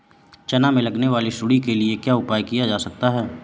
चना में लगने वाली सुंडी के लिए क्या उपाय किया जा सकता है?